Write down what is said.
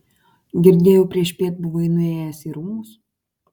girdėjau priešpiet buvai nuėjęs į rūmus